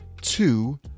two